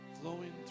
flowing